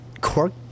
cork